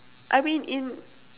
I mean in